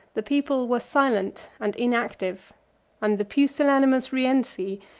the people were silent and inactive and the pusillanimous rienzi,